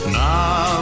now